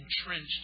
entrenched